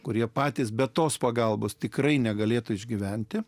kurie patys be tos pagalbos tikrai negalėtų išgyventi